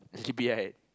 sleepy right